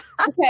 Okay